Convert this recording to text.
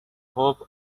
hope